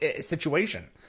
situation